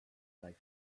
like